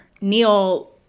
Neil